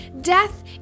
death